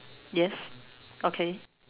yes okay